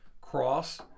cross